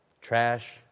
Trash